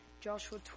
Joshua